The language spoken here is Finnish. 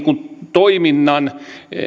toiminnan